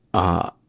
ah,